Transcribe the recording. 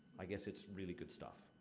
i guess it's really good stuff.